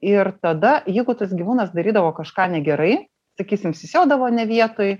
ir tada jeigu tas gyvūnas darydavo kažką negerai sakysim sisiodavo ne vietoj